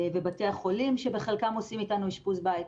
בבתי החולים שבחלקם עושים אתנו אשפוז בית.